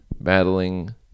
battling